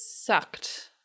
sucked